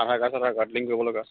আধাৰ card চাধাৰ card link কৰিব লগা